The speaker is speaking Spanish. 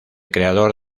creador